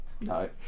No